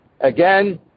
Again